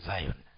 Zion